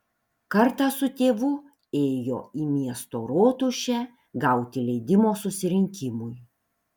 kartą su tėvu ėjo į miesto rotušę gauti leidimo susirinkimui